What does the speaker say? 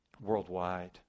worldwide